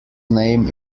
name